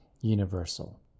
Universal